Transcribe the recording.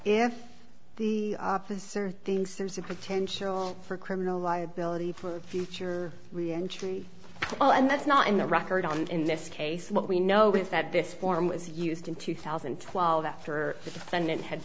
if the officer things there's a potential for criminal liability for future reentry well and that's not in the record on in this case what we know is that this form was used in two thousand and twelve after and it had